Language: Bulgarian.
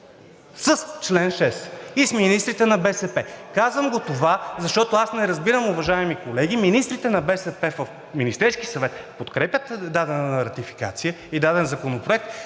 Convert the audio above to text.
с чл. 6 и с министрите на БСП. Казвам го това, защото аз не разбирам, уважаеми колеги, министрите на БСП в Министерския съвет подкрепят дадена ратификация и даден законопроект,